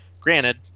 granted